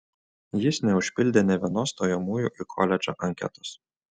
jis neužpildė nė vienos stojamųjų į koledžą anketos